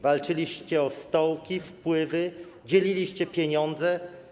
Walczyliście o stołki, wpływy, dzieliliście pieniądze.